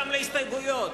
גם לגבי ההסתייגויות.